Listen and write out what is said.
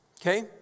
okay